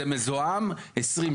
זה מזוהם 20,